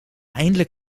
eindelijk